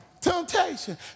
temptation